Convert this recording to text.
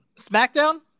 Smackdown